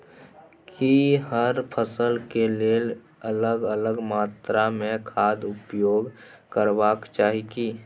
की हर फसल के लेल अलग अलग मात्रा मे खाद उपयोग करबाक चाही की?